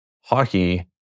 hockey